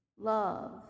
love